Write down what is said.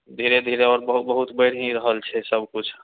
धीरे धीरे आउर बहुत बढ़ि हि रहल छै सबकुछ